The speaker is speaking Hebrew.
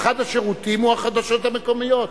ואחד השירותים הוא החדשות המקומיות.